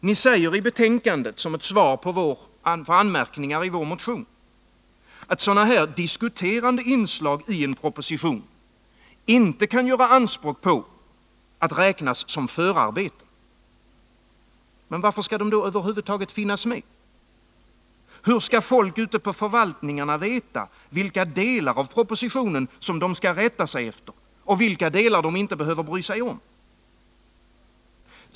Ni säger i betänkandet som ett svar på anmärkningar i vår motion, att sådana här diskuterande inslag i en proposition inte kan göra anspråk på att räknas som förarbeten. Men varför skall de då över huvud taget finnas med? Hur skall folk ute på förvaltningarna veta, vilka delar av propositionen de skall rätta sig efter och vilka delar de inte behöver bry sig om?